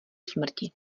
smrti